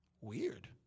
weird